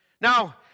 Now